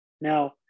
now